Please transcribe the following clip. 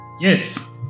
Yes